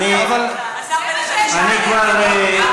השר בנט, אני שואלת באמת.